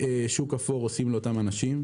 שהשוק האפור עושים לאותם אנשים.